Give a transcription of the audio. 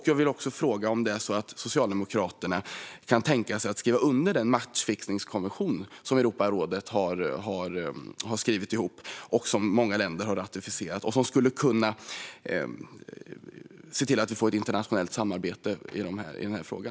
Jag vill också fråga om Socialdemokraterna kan tänka sig att skriva under den matchfixningskonvention som Europarådet har skrivit ihop och som många länder har ratificerat och som skulle kunna göra att vi får ett internationellt samarbete i denna fråga.